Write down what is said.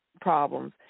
problems